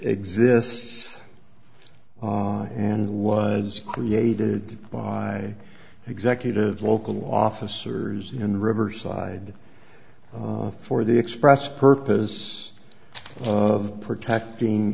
exists and was created by executive local officers in riverside for the express purpose of protecting